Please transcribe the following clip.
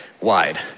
wide